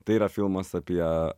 tai yra filmas apie